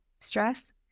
stress